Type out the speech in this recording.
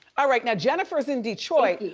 all right now jennifer's in detroit.